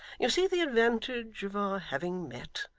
you see the advantage of our having met.